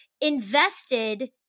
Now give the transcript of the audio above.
invested